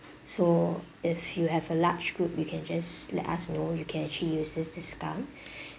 so if you have a large group you can just let us know you can actually use this discount